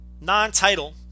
Non-title